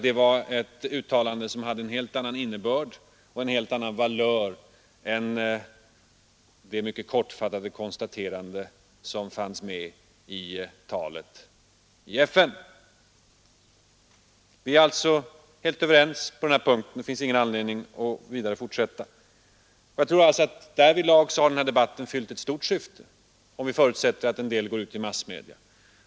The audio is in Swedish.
Detta uttalande hade en helt annan innebörd och en helt annan valör än det mycket kortfattade konstaterande som fanns med i talet i FN. Vi är alltså helt överens på den punkten, och det finns ingen anledning att här fortsätta den diskussionen. Därvidlag har den här debatten fyllt ett stort syfte — om vi förutsätter att den går ut i massmedia.